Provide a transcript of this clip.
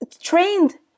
trained